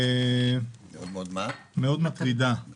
הראשונה היא